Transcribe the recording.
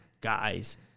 guys